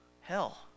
hell